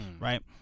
Right